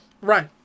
Right